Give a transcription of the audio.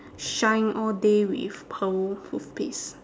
shine all day with pearl toothpaste